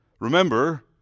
Remember